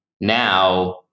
Now